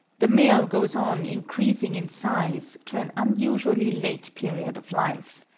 the male goes on increasing in size to an unusually late period of life,